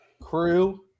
Crew